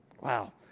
Wow